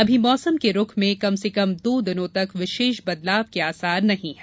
अभी मौसम के रुख में फिलहाल कम से कम दो दिनों तक विशेष बदलाव के आसार नही है